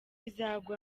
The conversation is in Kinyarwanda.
izagwa